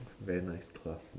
very nice class